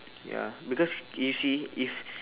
ya because you see if